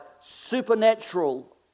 supernatural